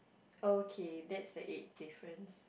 okay that's the eighth difference